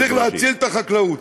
צריך להציל את החקלאות.